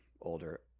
older